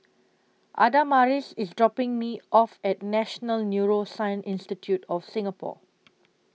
Adamaris IS dropping Me off At National Neuroscience Institute of Singapore